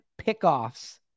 pickoffs